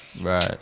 Right